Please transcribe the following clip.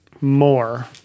more